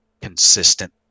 consistent